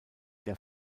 der